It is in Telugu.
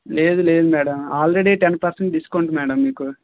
లేదు లేదు madam already ten percent discount madam మీకు